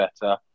better